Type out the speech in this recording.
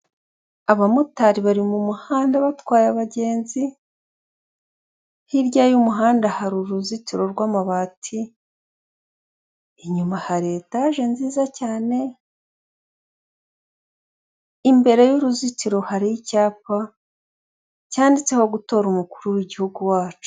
Abamotari bari mu muhanda batwaye abagenzi. Hirya y'umuhanda hari uruzitiro rw'amabati. Inyuma hari etaje nziza cyane. Imbere y'uruzitiro hari icyapa cyanditseho gutora umukuru w'igihugu wacu.